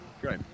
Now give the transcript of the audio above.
Great